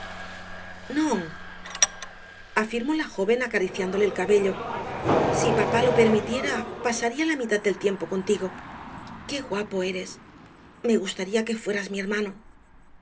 afirmó la joven acariciándole el cabello si papá me lo permitiera pasaría la mitad del tiempo contigo qué guapo eres me gustaría que fueras mi hermano